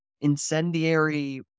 incendiary